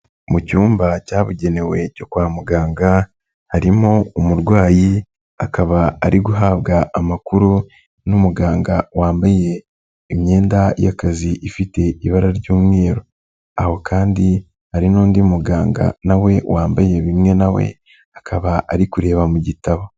Mu cyumba cyabugenewe cyo kwa muganga, harimo umurwayi akaba ari guhabwa amakuru, n'umuganga wambaye imyenda y'akazi ifite ibara ry'umweru. Aho kandi hari n'undi muganga na we wambaye bimwe na we akaba ari kureba mu gitabo.